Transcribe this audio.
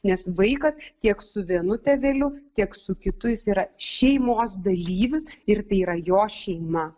nes vaikas tiek su vienu tėveliu tiek su kitu jis yra šeimos dalyvis ir tai yra jo šeima